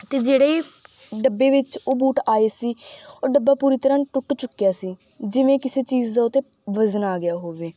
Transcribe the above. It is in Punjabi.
ਅਤੇ ਜਿਹੜੇ ਡੱਬੇ ਵਿੱਚ ਉਹ ਬੂਟ ਆਏ ਸੀ ਉਹ ਡੱਬਾ ਪੂਰੀ ਤਰ੍ਹਾਂ ਟੁੱਟ ਚੁੱਕਿਆ ਸੀ ਜਿਵੇਂ ਕਿਸੇ ਚੀਜ਼ ਦਾ ਉਹ 'ਤੇ ਵਜ਼ਨ ਆ ਗਿਆ ਹੋਵੇ